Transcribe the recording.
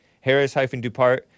Harris-Dupart